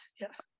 yes